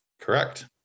Correct